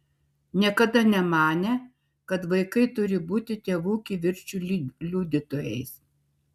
niekada nemanė kad vaikai turi būti tėvų kivirčų liudytojais